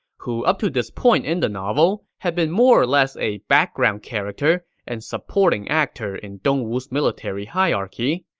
who up to this point in the novel had been more or less a background character and supporting actor in dongwu's military hierarchy,